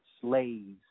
slaves